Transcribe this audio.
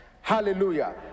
Hallelujah